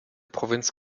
provinz